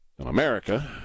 America